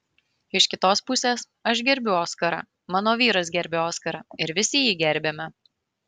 iš kitos pusės aš gerbiu oskarą mano vyras gerbia oskarą ir visi jį gerbiame